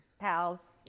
Pals